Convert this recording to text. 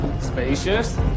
spacious